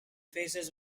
faces